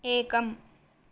एकम्